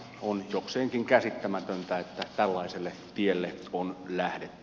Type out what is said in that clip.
on jokseenkin käsittämätöntä että tällaiselle tielle on lähdetty